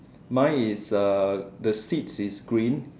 mine is uh the seats is green